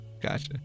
gotcha